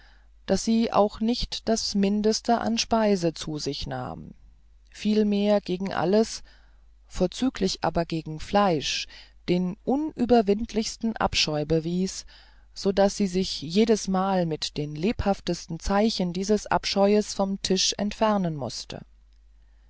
daß sie auch nicht das mindeste an speise zu sich nahm vielmehr gegen alles vorzüglich aber gegen fleisch den unüberwindlichsten abscheu bewies so daß sie sich jedesmal mit den lebhaftesten zeichen dieses abscheues vom tische entfernen mußte